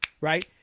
right